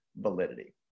validity